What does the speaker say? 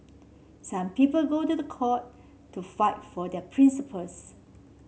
some people go to the court to fight for their principles